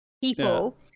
people